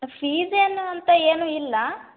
fees ಏನು ಅಂತ ಏನೂ ಇಲ್ಲ